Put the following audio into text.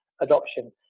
adoption